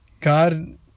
God